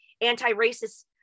anti-racist